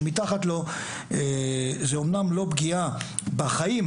שמתחת לו זה אמנם לא פגיעה בחיים,